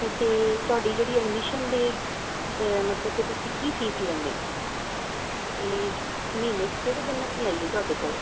ਅਤੇ ਤੁਹਾਡੀ ਜਿਹੜੀ ਐਡਮਿਸ਼ਨ ਦੇ ਮਤਲਬ ਕਿ ਤੁਸੀਂ ਕੀ ਫੀਸ ਲੈਂਦੇ ਹੋ ਅਤੇ ਮਹੀਨੇ 'ਚ ਕਿਹੜੇ ਦਿਨ ਅਸੀਂ ਆਈਏ ਤੁਹਾਡੇ ਕੋਲ